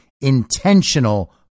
intentional